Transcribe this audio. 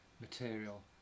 material